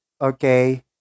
okay